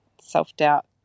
self-doubt